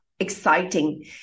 exciting